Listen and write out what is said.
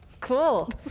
Cool